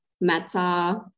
Meta